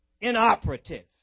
inoperative